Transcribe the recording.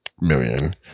million